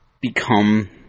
become